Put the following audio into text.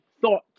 thought